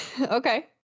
Okay